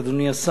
אדוני השר,